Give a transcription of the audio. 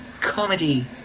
comedy